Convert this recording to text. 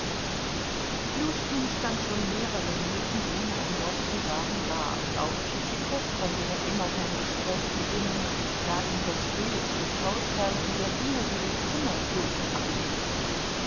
pljuschkin stand schon mehrere minuten ohne ein wort zu sagen da und auch tschitschikow konnte noch immer kein gespräch beginnen da ihn das bild des hausherrn und der dinge die das zimmer füllten ablenkte